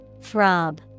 Throb